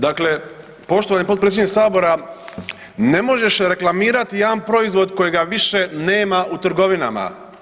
Dakle, poštovani potpredsjedniče sabora, ne možeš reklamirati jedan proizvod kojega više nema u trgovinama.